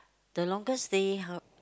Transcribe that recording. the longest stay how